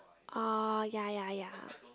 oh ya ya ya